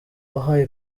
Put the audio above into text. wabaye